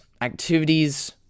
activities